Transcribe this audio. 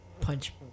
punch